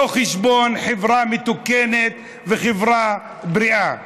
לא חשבון חברה של מתוקנת וחברה בריאה.